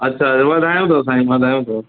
अच्छा अच्छा वधायूं अथव साईं वधायूं अथव